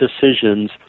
decisions